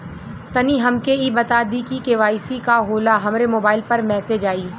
तनि हमके इ बता दीं की के.वाइ.सी का होला हमरे मोबाइल पर मैसेज आई?